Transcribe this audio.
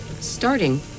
starting